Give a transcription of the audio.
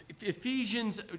Ephesians